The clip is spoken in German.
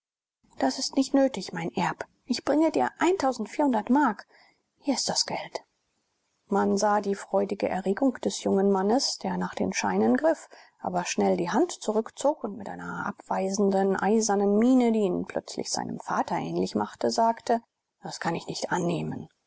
das ist nicht nötig mein erb ich bringe dir mark hier ist das geld man sah die freudige erregung des jungen mannes der nach den scheinen griff aber schnell die hand zurückzog und mit einer abweisenden eisigen miene die ihn plötzlich seinem vater ähnlich machte sagte das kann ich nicht annehmen